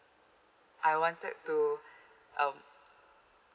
I wanted to um